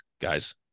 guys